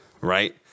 right